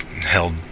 held